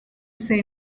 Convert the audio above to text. say